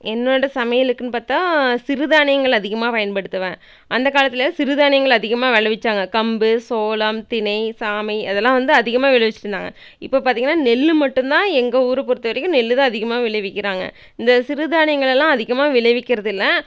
என்னோட சமையலுக்குன்னு பார்த்தா சிறுதானியங்கள் அதிகமாக பயன்படுத்துவேன் அந்த காலத்தில் சிறுதானியங்கள் அதிகமாக விளைவிச்சாங்க கம்பு சோளம் திணை சாமை அதெல்லாம் வந்து அதிகமாக விளைவிச்சிட்டுருந்தாங்க இப்போ பார்த்தீங்கன்னா நெல் மட்டும் தான் எங்கள் ஊரை பொறுத்தவரைக்கும் நெல் தான் அதிகமாக விளைவிக்கிறாங்க இந்த சிறுதானியங்களெல்லாம் அதிகமாக விளைவிக்கிறதில்லை